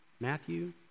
Matthew